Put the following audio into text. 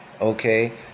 Okay